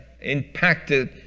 impacted